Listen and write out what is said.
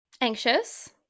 anxious